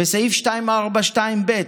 ו-242ב,